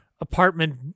apartment